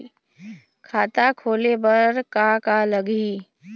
खाता खोले बर का का लगही?